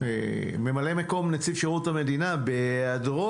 ממלא מקום נציב שירותה מדינה בהיעדרו,